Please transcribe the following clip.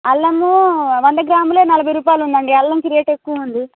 అల్లము వంద గ్రాములే నలుభై రూపాయలు ఉందండి అల్లంకి రేట్ ఎక్కువుంది